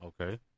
okay